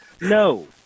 no